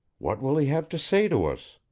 what will he have to say to us,